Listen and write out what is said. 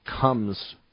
comes